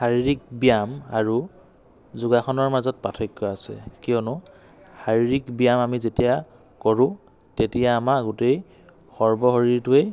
শাৰীৰিক ব্যায়াম আৰু যোগাসনৰ মাজত পাৰ্থক্য আছে কিয়নো শাৰীৰিক ব্যায়াম আমি যেতিয়া কৰোঁ তেতিয়া আমাৰ গোটেই সৰ্ব শৰীৰটোৱেই